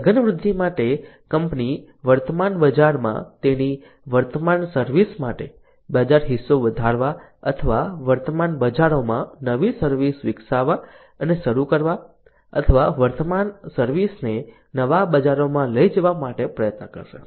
સઘન વૃદ્ધિ માટે કંપની વર્તમાન બજારમાં તેની વર્તમાન સર્વિસ માટે બજારહિસ્સો વધારવા અથવા વર્તમાન બજારોમાં નવી સર્વિસ વિકસાવવા અને શરૂ કરવા અથવા વર્તમાન સર્વિસ ને નવા બજારોમાં લઈ જવા માટે પ્રયત્ન કરશે